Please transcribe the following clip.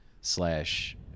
slash